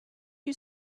you